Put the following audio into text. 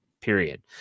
Period